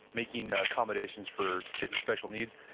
making ah accommodations for kids with special needs.